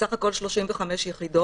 סך הכול 35 יחידות.